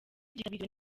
byitabiriwe